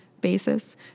basis